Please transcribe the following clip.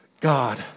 God